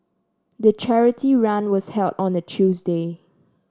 the charity run was held on a Tuesday